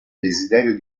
desiderio